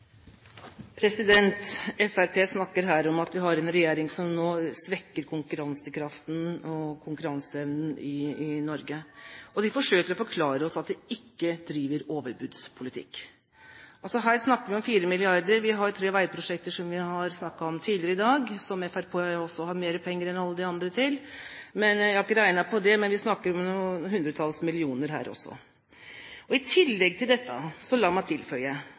snakker her om at vi har en regjering som svekker konkurransekraften og konkurranseevnen i Norge, og de forsøker å forklare oss at de ikke driver overbudspolitikk. Altså her snakker vi om 4 mrd. kr. Vi har tre veiprosjekter som vi har snakket om tidligere i dag, som Fremskrittspartiet også har mer penger til enn alle de andre. Jeg har ikke regnet på det, men vi snakker om noen hundretalls millioner her også. Og i tillegg til dette la meg tilføye: